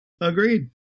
Agreed